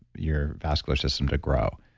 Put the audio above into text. your vascular system to grow.